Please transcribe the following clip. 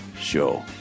show